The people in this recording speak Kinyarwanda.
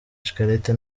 shikarete